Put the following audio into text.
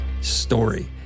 story